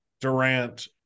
Durant